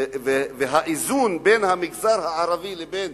והאיזון בין המגזר הערבי לבין